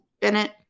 Bennett